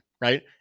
right